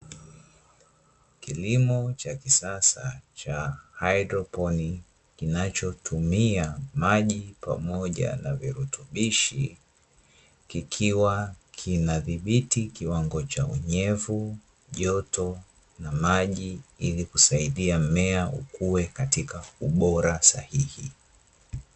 Kilimo cha kisasa cha haidroponi kinachotumia maji pamoja na virutubishi kikiwa kinathibiti kiwango cha unyevu, joto na maji ili kusaidia mmea ukue katika ubora sahihi.